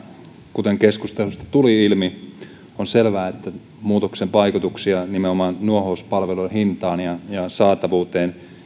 kuten keskustelusta tuli ilmi on selvää että muutoksen vaikutuksia nimenomaan nuohouspalveluiden hintaan ja saatavuuteen